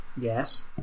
yes